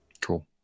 Cool